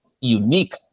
unique